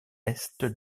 est